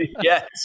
yes